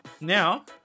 Now